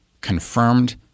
confirmed